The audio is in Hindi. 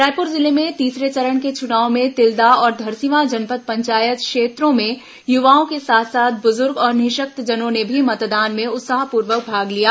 रायपुर जिले में तीसरे चरण के चुनाव में तिल्दा और धरसीवां जनपद पंचायत क्षेत्रों में युवाओं के साथ साथ बुजुर्ग और निशक्तजनों ने भी मतदान में उत्साहपूर्वक भाग लिया